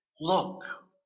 look